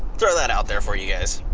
throw that out there for you guys.